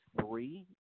three